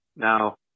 Now